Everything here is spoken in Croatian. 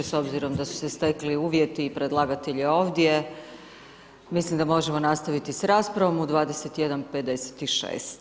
S obzirom da su se stekli uvjeti i predlagatelj je ovdje, mislim da možemo nastaviti s raspravom u 21, 56.